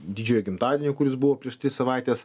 didžiojo gimtadienio kuris buvo prieš tris savaites